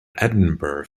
edinburgh